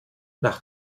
nach